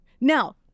Now